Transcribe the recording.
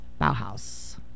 Bauhaus